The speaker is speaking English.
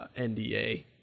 NDA